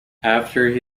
afterwards